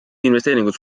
investeeringud